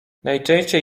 najczęściej